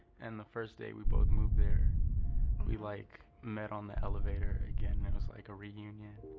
and the first day we both moved there we, like, met on the elevator again and it was like a reunion.